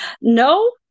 No